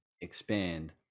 expand